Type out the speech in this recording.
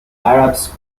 arabs